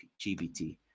GPT